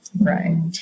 Right